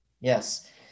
Yes